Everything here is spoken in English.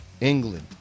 England